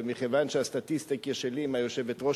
ומכיוון שהסטטיסטיקה שלי עם היושבת-ראש